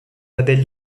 label